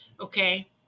okay